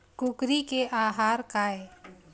कुकरी के आहार काय?